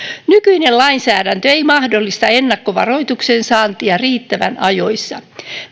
nykyinen lainsäädäntö ei mahdollista ennakkovaroituksen saantia riittävän ajoissa